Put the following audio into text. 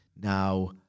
Now